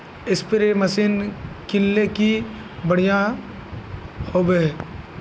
Spray machine किनले की बढ़िया होबवे?